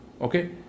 okay